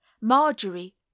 Marjorie